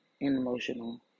emotional